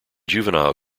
juvenile